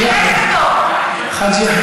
יַחיַא בסם